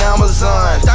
Amazon